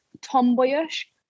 tomboyish